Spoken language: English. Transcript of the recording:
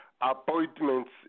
appointments